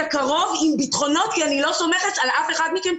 הקרוב עם בטחונות כי אני לא סומכת על אף אחד מכם,